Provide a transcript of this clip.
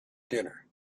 dinner